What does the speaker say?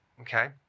okay